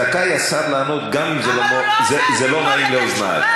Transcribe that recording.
זכאי השר לענות גם אם זה לא נעים לאוזנייך.